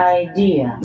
idea